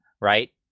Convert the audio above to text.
Right